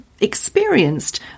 experienced